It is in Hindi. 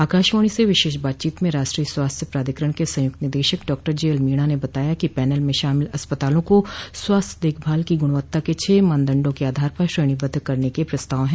आकाशवाणी से विशेष बातचीत में राष्ट्रीय स्वास्थ्य प्राधिकरण के संयुक्त निदेशक डॉक्टर जे एल मीणा ने बताया कि पैनल में शामिल अस्पतालों को स्वास्थ्य देखभाल की गुणवत्ता के छह मानदंडों के आधार पर श्रेणीबद्ध करने का प्रस्ताव है